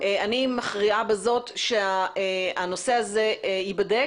אני מכריעה בזאת שהנושא הזה ייבדק.